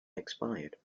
expired